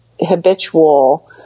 habitual